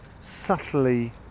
subtly